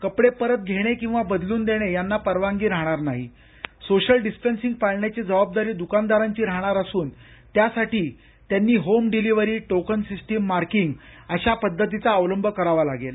कपडे परत घेणे किंवा बदलून देणे यांना परवानगी राहणार नाही सोशल डिस्टन्सिंग पाळण्याची जबाबदारी दुकानदारांचीराहणार असून त्यासाठी त्यांनी home delivery token system marking अशी पद्धत अवलंबावी लागेल